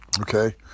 okay